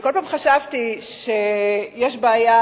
ובכל פעם חשבתי שיש בעיה,